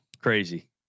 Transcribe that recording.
Crazy